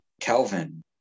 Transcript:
Kelvin